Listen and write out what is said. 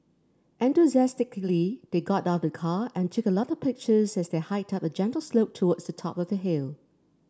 enthusiastically they got out of the car and took a lot of pictures as they hiked up a gentle slope towards the top of the hill